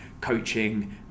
coaching